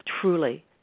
truly